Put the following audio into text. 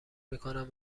میکنم